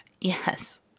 Yes